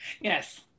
Yes